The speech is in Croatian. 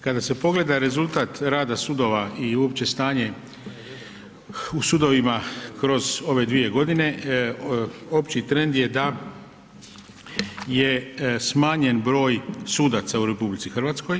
Kada se pogleda rezultat rada sudova i uopće stanje u sudovima kroz ove 2 g., opći trend je da je smanjen broj sudaca u RH.